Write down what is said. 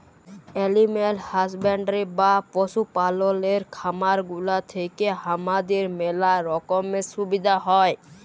animal husbandry বা পশু পাললের খামার গুলা থেক্যে হামাদের ম্যালা রকমের সুবিধা হ্যয়